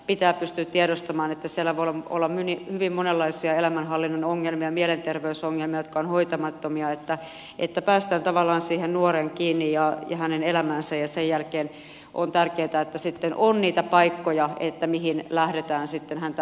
pitää pystyä tiedostamaan että siellä voi olla hyvin monenlaisia elämänhallinnan ongelmia mielenterveysongelmia jotka ovat hoitamattomia että päästään tavallaan siihen nuoreen kiinni ja hänen elämäänsä ja sen jälkeen on tärkeätä että sitten on niitä paikkoja mihin lähdetään häntä ohjaamaan